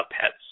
pets